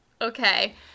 okay